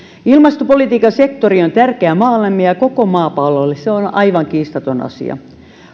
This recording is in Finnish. ilmastopolitiikan sektori on tärkeä maallemme ja ja koko maapallolle se on aivan kiistaton asia